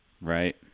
Right